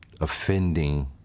offending